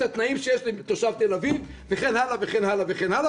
התנאים שיש לתושב תל אביב וכן הלאה וכן הלאה.